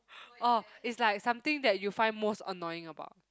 orh is like something that you find most annoying about